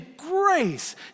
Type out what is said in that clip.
Grace